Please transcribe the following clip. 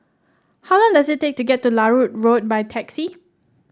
how long does it take to get to Larut Road by taxi